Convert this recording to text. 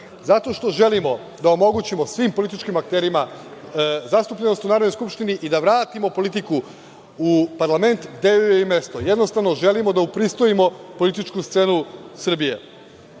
zato što želimo da omogućimo svim političkim akterima zastupljenost u Narodnoj skupštini i da vratimo politiku u parlament gde joj je i mesto. Jednostavno želimo da upristojimo političku scenu Srbije